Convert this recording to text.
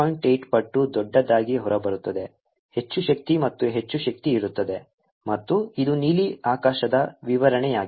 8 ಪಟ್ಟು ದೊಡ್ಡದಾಗಿ ಹೊರಬರುತ್ತದೆ ಹೆಚ್ಚು ಶಕ್ತಿ ಹೆಚ್ಚು ಶಕ್ತಿ ಇರುತ್ತದೆ ಮತ್ತು ಇದು ನೀಲಿ ಆಕಾಶದ ವಿವರಣೆಯಾಗಿದೆ